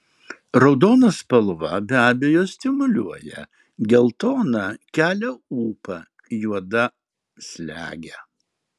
raudona spalva be abejo stimuliuoja geltona kelia ūpą juoda slegia